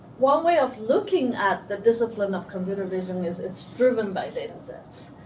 one way of looking at the discipline of computer vision is it's driven by datasets.